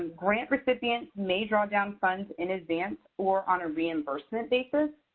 grant recipients may draw down funds in advance or on a reimbursement basis.